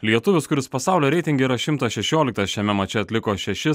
lietuvis kuris pasaulio reitinge yra šimtas šešioliktas šiame mače atliko šešis